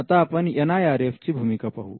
आता आपण NIRF ची भूमिका पाहू